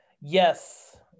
yes